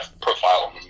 profile